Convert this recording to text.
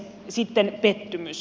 sitten pettymys